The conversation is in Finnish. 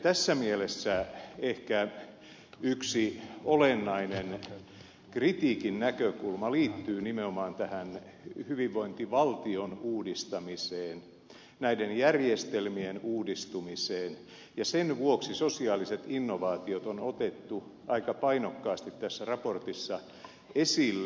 tässä mielessä ehkä yksi olennainen kritiikin näkökulma liittyy nimenomaan tähän hyvinvointivaltion uudistamiseen näiden järjestelmien uudistumiseen ja sen vuoksi sosiaaliset innovaatiot on otettu aika painokkaasti tässä raportissa esille